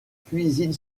cuisine